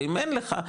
ואם אין לך,